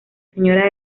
señora